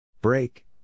Break